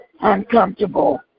uncomfortable